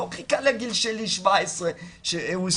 הוא לא חיכה לגיל שלי, 17 it was